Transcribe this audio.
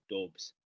Dubs